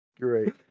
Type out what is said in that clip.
Great